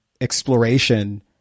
exploration